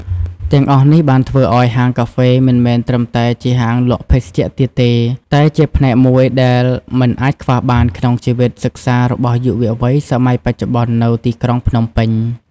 ទាំងអស់នេះបានធ្វើឱ្យហាងកាហ្វេមិនមែនត្រឹមតែជាហាងលក់ភេសជ្ជៈទៀតទេ តែជាផ្នែកមួយដែលមិនអាចខ្វះបានក្នុងជីវិតសិក្សារបស់យុវវ័យសម័យបច្ចុប្បន្ននៅទីក្រុងភ្នំពេញ។